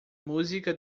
música